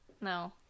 No